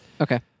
okay